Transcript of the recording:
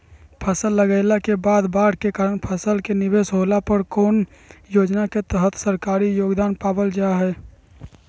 फसल लगाईला के बाद बाढ़ के कारण फसल के निवेस होला पर कौन योजना के तहत सरकारी योगदान पाबल जा हय?